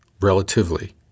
Relatively